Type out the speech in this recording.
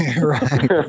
Right